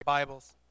Bibles